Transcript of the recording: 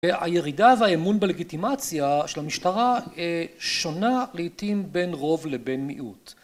הירידה והאמון בלגיטימציה של המשטרה שונה לעתים בין רוב לבין מיעוט.